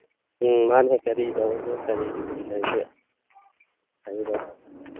ꯎꯝ ꯃꯥꯅꯦ ꯀꯔꯤ ꯇꯧꯔꯒꯦ ꯀꯔꯤ ꯂꯩꯒꯦ ꯍꯥꯏꯕꯤꯔꯛꯑꯣ